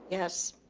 yes.